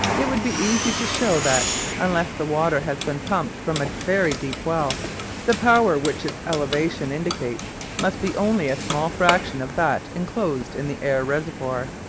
it would be easy to show that unless the water has been pumped from a very deep well the power which its elevation indicates must be only a small fraction of that enclosed in the air reservoir.